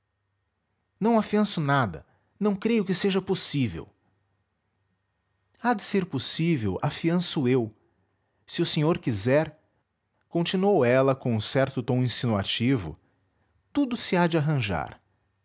não afianço nada não creio que seja possível há de ser possível afianço eu se o senhor quiser continuou ela com certo tom insinuativo tudo se há de arranjar